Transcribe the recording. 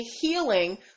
healing